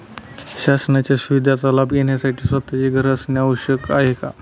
शासनाच्या सुविधांचा लाभ घेण्यासाठी स्वतःचे घर असणे आवश्यक आहे का?